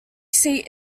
seat